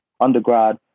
undergrad